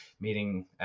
meeting